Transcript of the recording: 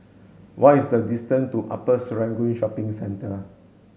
what is the distance to Upper Serangoon Shopping Centre